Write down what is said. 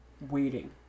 waiting